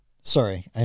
Sorry